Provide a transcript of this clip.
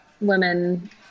women